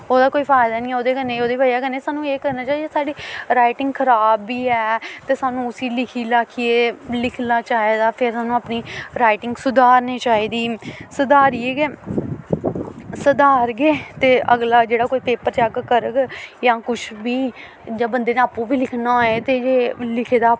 ओह्दा कोई फायदा निं ऐ ओह्दे कन्नै ओह्दी ब'जा कन्नै सानूं एह् करने चाहिदा जेह्ड़ी साढ़ी राइटिंग खराब बी ऐ ते सानूं उस्सी लिखी लखियै लिखना चाहिदा फिर सानूं अपनी राइटिंग सुधारनी चाहिदी सुधारियै गै सधारगे ते अगला जेह्ड़ा कोई पेपर चैक्क करग जां कुछ बी जां बंदे न आपूं बी लिखना होऐ ते जे लिखे दा